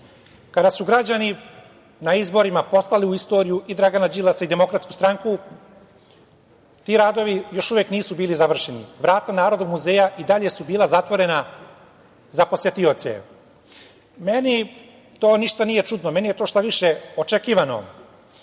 kada su građani na izborima poslali u istoriju i Dragana Đilasa i DS ti radovi još uvek nisu bili završeni. Vrata Narodnog muzeja i dalje su bila zatvorena za posetioce. Meni to ništa nije čudno, meni je to šta više očekivano,